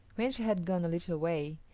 when she had gone a little way,